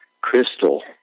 crystal